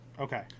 Okay